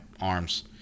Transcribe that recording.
arms